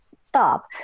stop